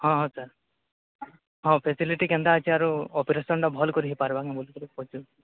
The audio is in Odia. ହଁ ହଁ ସାର୍ ହଁ ଫ୍ୟାସିଲିଟି କେନ୍ତା ଅଛି ଆରୁ ଅପରେସନ୍ଟା ଭଲ୍କରି ହେଇପାର୍ବା ବୋଲି ପଚାରୁଛି